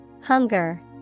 Hunger